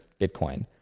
Bitcoin